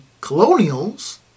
Colonials